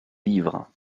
livres